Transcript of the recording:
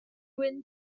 wyn